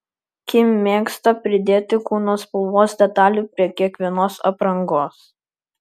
kim mėgsta pridėti kūno spalvos detalių prie kiekvienos aprangos